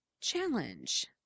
challenge